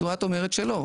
יש לנו מדוע את אומרת שלא?